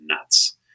nuts